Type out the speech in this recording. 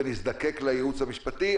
ושנזדקק לייעוץ המשפטי,